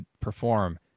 perform